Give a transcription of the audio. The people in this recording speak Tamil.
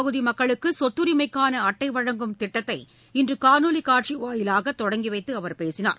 பகுதிமக்களுக்குசொத்தரிமைக்கானஅட்டைவழங்கும் ஊரகப் திட்டத்தை இன்றுகாணொலிக் காட்சிவாயிலாகதொடங்கிவைத்துஅவர் பேசினார்